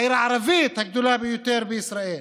העיר הערבית הגדולה ביותר בישראל,